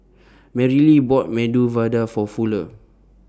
Marylee bought Medu Vada For Fuller